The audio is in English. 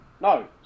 No